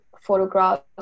photographs